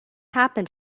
happen